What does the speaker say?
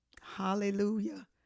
Hallelujah